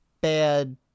bad